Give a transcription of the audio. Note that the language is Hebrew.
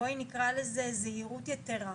בואי נקרא לזה זהירות יתרה,